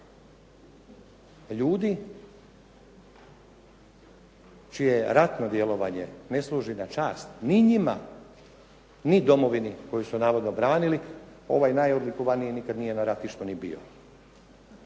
ljudi čije je ratno djelovanje ne služi na čast ni njima, ni domovini koju su navodno branili. Ovaj najodlikovaniji nikada nije na ratištu ni bio.